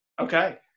okay